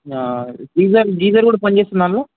geyser geyser కూడా పనిచేస్తుందా దాన్లో